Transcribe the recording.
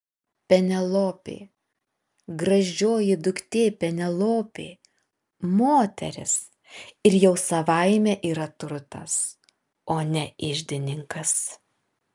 penelopė gražioji duktė penelopė moteris ir jau savaime yra turtas o ne iždininkas